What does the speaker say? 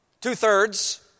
two-thirds